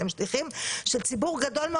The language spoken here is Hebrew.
שליחים של ציבור גדול.